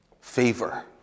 favor